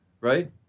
Right